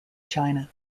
china